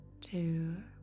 two